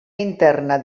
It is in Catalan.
interna